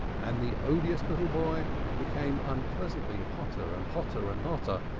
and the odious little boy became unpleasantly hotter and hotter and hotter,